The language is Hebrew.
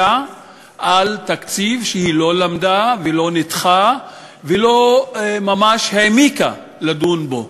על תקציב שהיא לא למדה ולא ניתחה ולא ממש העמיקה לדון בו.